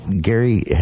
Gary